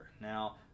Now